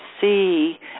see